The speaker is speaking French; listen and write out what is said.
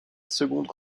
seconde